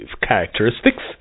characteristics